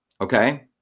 Okay